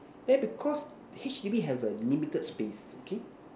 then because H_D_B have a limited space okay